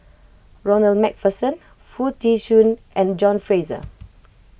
Ronald MacPherson Foo Tee Shun and John Fraser